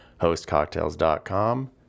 hostcocktails.com